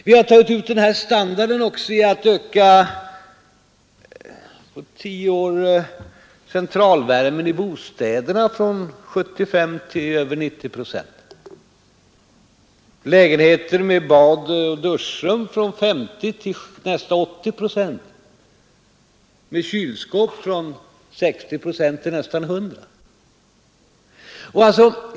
Vi har tagit ut den här standarden också genom att på tio år öka andelen bostäder med centralvärme från 75 till över 90 procent, andelen lägenheter med bad och duschrum från 50 till nästan 80 procent, med kylskåp från 60 till nästan 100 procent.